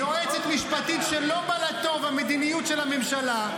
יועצת משפטית שלא באה לה טוב המדיניות של הממשלה.